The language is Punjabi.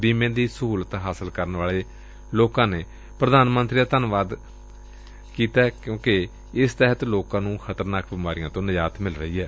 ਬੀਮੇ ਦੀ ਸਹੁਲਤ ਹਾਸਲ ਕਰਨ ਵਾਲੇ ਪ੍ਰਧਾਨ ਮੰਤਰੀ ਦਾ ਧੰਨਵਾਦ ਕਰ ਰਹੇ ਨੇ ਕਿਉਂਕਿ ਇਸ ਤਹਿਤ ਲੋਕਾਂ ਨੂੰ ਖ਼ਤਰਨਾਕ ਬੀਮਾਰੀਆਂ ਤੋਂ ਨਿਜਾਤ ਮਿਲ ਰਹੀ ਏ